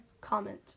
comment